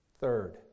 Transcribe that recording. Third